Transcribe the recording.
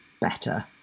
better